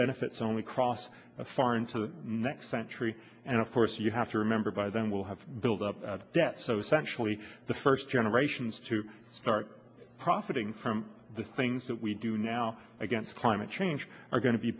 benefits only cross a far into the next century and of course you have to remember by then will have built up debts so essentially the first generations to start profiting from the things that we do now against climate change are going to be